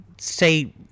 say